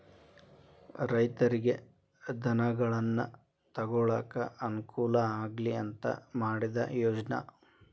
ರೈತರಿಗೆ ಧನಗಳನ್ನಾ ತೊಗೊಳಾಕ ಅನಕೂಲ ಆಗ್ಲಿ ಅಂತಾ ಮಾಡಿದ ಯೋಜ್ನಾ